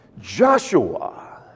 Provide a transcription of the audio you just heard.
Joshua